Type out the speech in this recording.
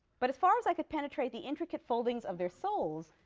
but, as far as i could penetrate the intricate foldings of their souls,